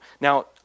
Now